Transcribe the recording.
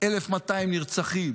1,200 נרצחים,